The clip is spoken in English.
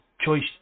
choice